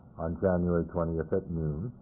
on january twentieth at noon,